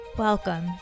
Welcome